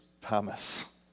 Thomas